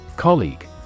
Colleague